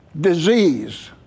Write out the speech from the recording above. disease